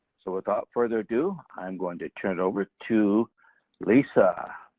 so without further ado, i'm going to turn over to lisa.